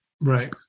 Right